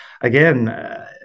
again